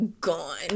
gone